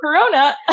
corona